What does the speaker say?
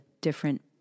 different